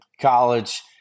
college